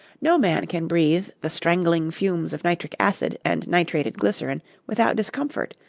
no man can breathe the strangling fumes of nitric acid and nitrated glycerin without discomfort,